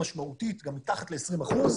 משמעותית ממה שאנחנו עושים בחצי השנה האחרונה.